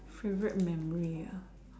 favourite memory ah